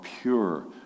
pure